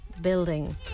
building